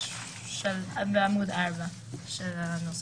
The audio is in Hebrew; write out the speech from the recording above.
4 של הנוסח.